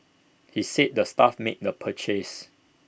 he said the staff made the purchase